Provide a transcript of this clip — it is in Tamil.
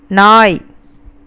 நாய்